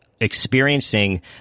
experiencing